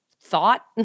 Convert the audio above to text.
thought